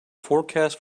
forecast